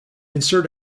insert